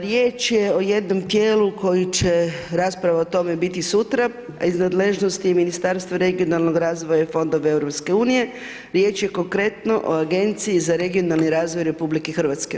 Riječ je o jednom tijelu koji će rasprava o tome biti sutra, a iz nadležnosti Ministarstva regionalnog razvoja i fondove EU, riječ je konkretno o Agenciji za regionalni razvoj RH.